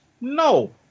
No